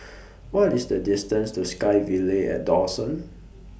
What IS The distance to SkyVille At Dawson